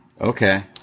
Okay